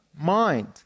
mind